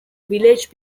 village